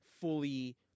fully